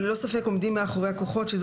אבל ללא ספק עומדים מאחוריה כוחות שזו